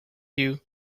you